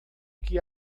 que